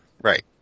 right